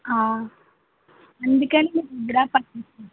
ఎందుకండి ఇందిరా పార్క్